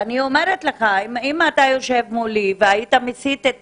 אם אתה היית יושב מולי והיית מסיט את